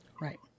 Right